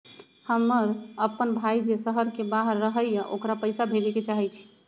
हमर अपन भाई जे शहर के बाहर रहई अ ओकरा पइसा भेजे के चाहई छी